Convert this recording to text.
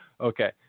Okay